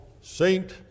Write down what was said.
saint